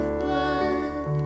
blood